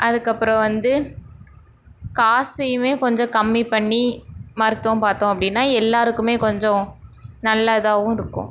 அதுக்கப்புறம் வந்து காசையுமே கொஞ்சம் கம்மி பண்ணி மருத்துவம் பார்த்தோம் அப்படின்னா எல்லாருக்குமே கொஞ்சம் நல்லதாகவும் இருக்கும்